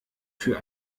für